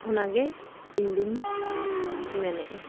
ᱚᱱᱟᱜᱮ ᱤᱧᱫᱚᱧ ᱢᱮᱱᱮᱫᱼᱟ